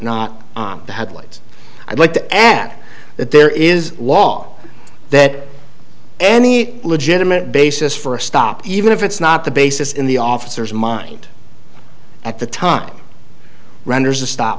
the headlights i'd like to add that there is a law that any legitimate basis for a stop even if it's not the basis in the officer's mind at the time renders the stop